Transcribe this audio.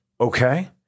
Okay